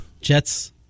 Jets